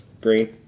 Green